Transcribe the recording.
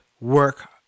work